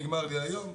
נגמר לי היום,